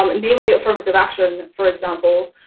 um namely affirmative action, for example,